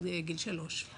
עד גיל שלוש.